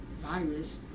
virus